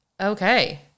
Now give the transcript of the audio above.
Okay